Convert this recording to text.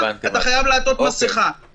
אתה חייב לעטות מסכה.